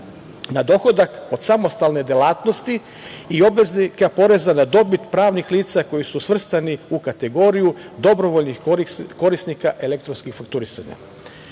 na dohodak od samostalne delatnosti i obveznika poreza na dobit pravnih lica koji su svrstani u kategoriju dobrovoljnih korisnika elektronskog fakturisanja. Ono